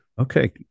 Okay